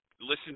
listen